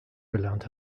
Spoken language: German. gelernt